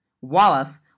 Wallace